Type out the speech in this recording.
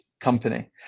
company